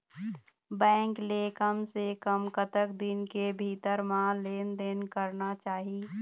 Bank ले कम से कम कतक दिन के भीतर मा लेन देन करना चाही?